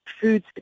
food